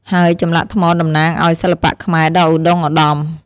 ហើយចម្លាក់ថ្មតំណាងឱ្យសិល្បៈខ្មែរដ៏ឧត្តុង្គឧត្តម។